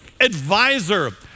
advisor